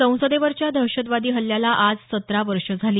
संसदेवरच्या दहशतवादी हल्ल्याला आज सतरा वर्ष झाली